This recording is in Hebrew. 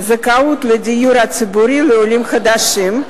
זכאות לדיור ציבורי לעולים חדשים),